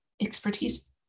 expertise